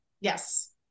Yes